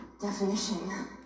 definition